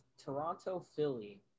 Toronto-Philly